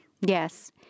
yes